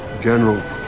General